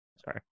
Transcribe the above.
Sorry